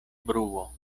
bruo